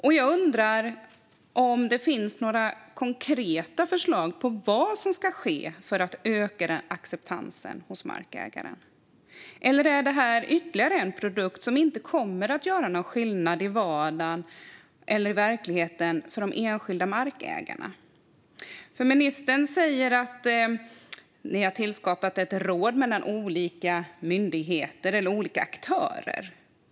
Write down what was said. Jag undrar om det finns några konkreta förslag på vad som ska ske för att öka acceptansen hos markägarna. Eller är det här ytterligare en produkt som inte kommer att göra någon skillnad i verkligheten eller i vardagen för de enskilda markägarna? Ministern säger att man har tillskapat ett råd mellan olika aktörer.